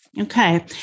Okay